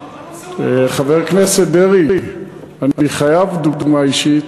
חבר הכנסת דרעי, אני חייב דוגמה אישית,